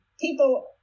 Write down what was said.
people